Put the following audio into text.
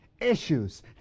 issues